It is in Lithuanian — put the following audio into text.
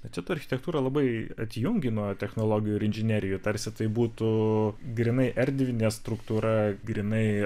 va čia ta architektūra labai atjungi nuo technologijų ir inžinerijų tarsi tai būtų grynai erdvinė struktūra grynai